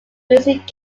music